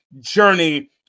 journey